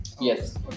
Yes